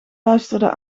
luisterde